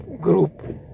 group